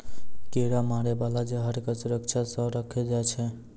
कीरा मारै बाला जहर क सुरक्षा सँ रखलो जाय छै